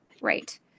right